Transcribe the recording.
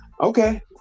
Okay